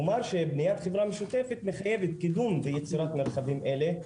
אני אומר שבניית חברה משותפת מחייבת קידום ויצירת מרחבים האלה,